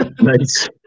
Nice